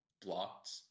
blocked